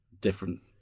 different